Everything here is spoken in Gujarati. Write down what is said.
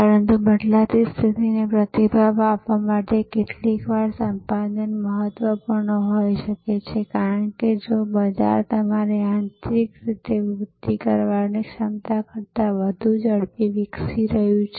પરંતુ બદલાતી સ્થિતિને પ્રતિભાવ આપવા માટે કેટલીકવાર સંપાદન મહત્વપૂર્ણ હોઈ શકે છે કારણ કે જો બજાર તમારી આંતરિક રીતે વૃદ્ધિ કરવાની ક્ષમતા કરતાં વધુ ઝડપથી વિકસી રહ્યું છે